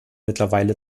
mittlerweile